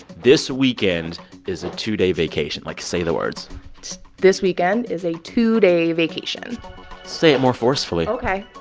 this weekend is a two-day vacation. like, say the words this weekend is a two-day vacation say it more forcefully ok.